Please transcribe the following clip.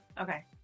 Okay